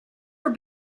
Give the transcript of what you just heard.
for